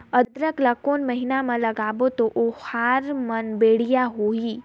अदरक ला कोन महीना मा लगाबो ता ओहार मान बेडिया होही?